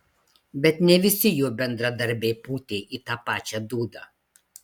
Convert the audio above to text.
bet ne visi jo bendradarbiai pūtė į tą pačią dūdą